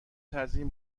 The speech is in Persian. تزیین